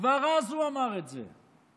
כבר אז הוא אמר את זה,